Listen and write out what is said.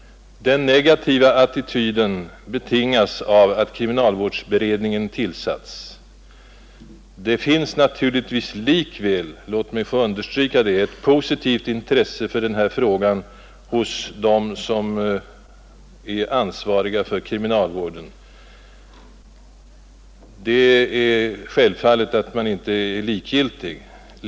Den negativa attityden betingas av att kriminalvårdsberedningen tillsatts. Det finns naturligtvis likväl — låt mig få understryka det — ett positivt intresse för den här frågan hos dem som är ansvariga för kriminalvården. Det är självfallet att man inte är likgiltig.